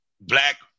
black